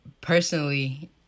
personally